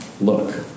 look